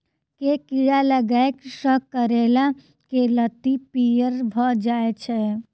केँ कीड़ा लागै सऽ करैला केँ लत्ती पीयर भऽ जाय छै?